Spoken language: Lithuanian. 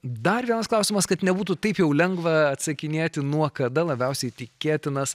dar vienas klausimas kad nebūtų taip jau lengva atsakinėti nuo kada labiausiai tikėtinas